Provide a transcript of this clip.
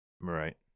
Right